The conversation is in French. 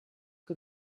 que